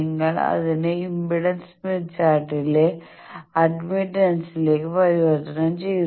നിങ്ങൾ അതിനെ impedance Smith ചാർട്ടിലെ അഡ്മിറ്റൻസിലേക്ക് പരിവർത്തനം ചെയ്യും